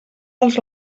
dels